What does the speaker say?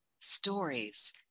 stories